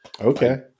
Okay